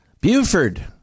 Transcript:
Buford